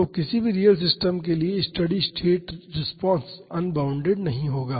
तो किसी भी रियल सिस्टम के लिए स्टेडी स्टेट रिस्पांस अनबॉउंडेड नहीं होगा